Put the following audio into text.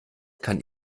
kann